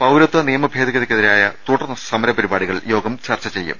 പൌരത്വ നിയമ ഭേദഗതിക്കെതിരായ തുടർ സമരപരിപാ ടികൾ യോഗം ചർച്ച ചെയ്യും